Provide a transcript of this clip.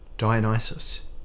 Dionysus